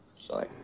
sorry